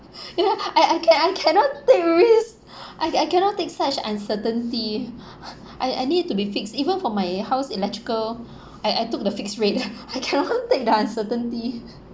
you know I I can I cannot take risk I I cannot take such uncertainty I I need it to be fixed even for my house electrical I I took the fixed rate I cannot take the uncertainty